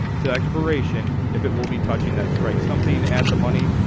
to expiration if it will be touching that strike something at the money.